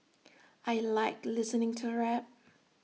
I Like listening to rap